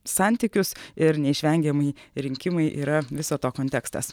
santykius ir neišvengiamai rinkimai yra viso to kontekstas